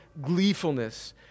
gleefulness